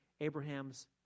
Abraham's